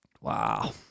Wow